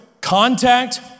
contact